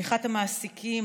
תמיכת המעסיקים,